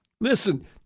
Listen